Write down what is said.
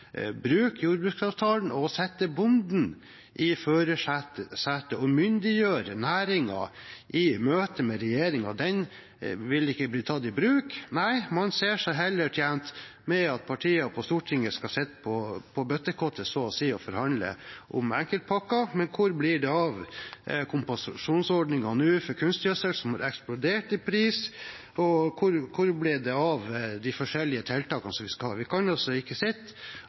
bruke jordbruksavtalen, sette bonden i førersetet og myndiggjøre næringen i møte med regjeringen, ikke vil bli tatt i bruk. Nei, man ser seg heller tjent med at partiene på Stortinget så å si skal sitte på bøttekottet og forhandle om enkeltpakker, men hvor blir det av kompensasjonsordningen for kunstgjødsel, som har eksplodert i pris, og hvor ble det av de forskjellige tiltakene som vi skal ha? Vi kan ikke sitte